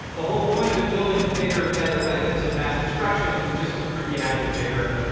the whole point of building bigger, better weapons of mass destruction was just to prove you had the bigger,